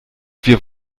wir